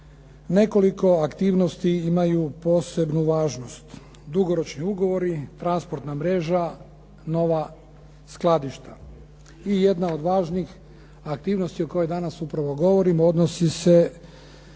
nekoliko aktivnosti imaju posebnu važnost, dugoročni ugovori, transportna mreža, nova skladišta. I jedna od važnih aktivnosti o kojoj danas upravo govorimo odnosi se